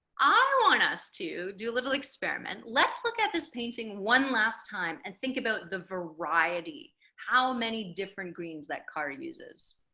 i want us to do a little experiment let's look at this painting one last time and think about the variety how many different greens that car uses